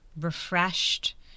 refreshed